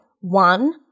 One